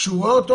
כשהוא רואה אותו